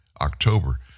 October